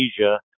Asia